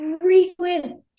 frequent